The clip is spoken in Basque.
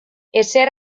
ezer